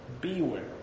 beware